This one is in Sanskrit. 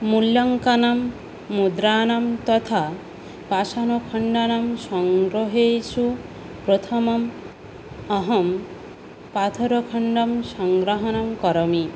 मूल्याङ्कानां मुद्राणां तथा पाषाणखण्डानां सङ्ग्रहेषु प्रथमम् अहं पाषाणखण्डसङ्ग्रहणं करोमि